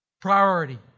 Priority